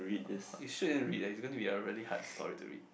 ho~ ho~ you sure you want to read ah it's gonna be a really hard story to read